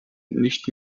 nicht